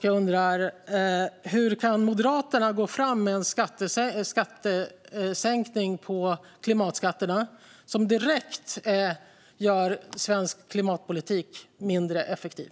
Jag undrar: Hur kan Moderaterna gå fram med en klimatskattesänkning som direkt gör svensk klimatpolitik mindre effektiv?